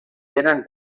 tenen